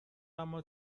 اما